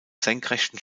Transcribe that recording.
senkrechten